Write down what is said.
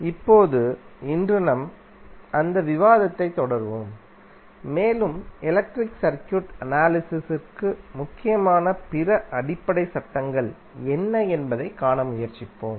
இப்போது இன்று நாம் அந்த விவாதத்தைத் தொடர்வோம் மேலும் எலக்ட்ரிக் சர்க்யூட் அனாலிசிஸ் ற்கு முக்கியமான பிற அடிப்படை சட்டங்கள் என்ன என்பதைக் காண முயற்சிப்போம்